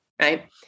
right